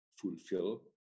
fulfill